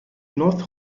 north